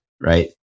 right